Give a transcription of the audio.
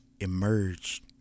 emerged